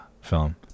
film